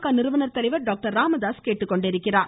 க நிறுவனர் தலைவர் டாக்டர் ராமதாஸ் கேட்டுக்கொண்டிருக்கிறார்